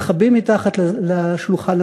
מתחבאים מתחת לשולחן.